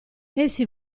essi